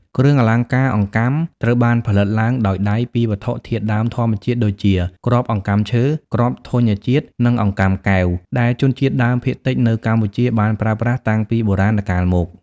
គ្រឿងអលង្ការអង្កាំត្រូវបានផលិតឡើងដោយដៃពីវត្ថុធាតុដើមធម្មជាតិដូចជា គ្រាប់អង្កាំឈើ គ្រាប់ធញ្ញជាតិ និងអង្កាំកែវ ដែលជនជាតិដើមភាគតិចនៅកម្ពុជាបានប្រើប្រាស់តាំងពីបុរាណកាលមក។